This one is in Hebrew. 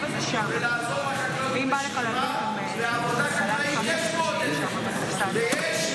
וכנראה יש עבודה מועדפת,